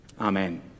Amen